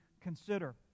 consider